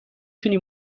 تونی